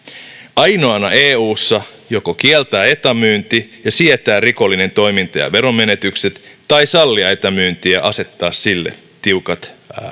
ainoana eussa kieltää etämyynti ja sietää rikollinen toiminta ja ja veronmenetykset tai sallia etämyynti ja asettaa sille tiukat